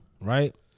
right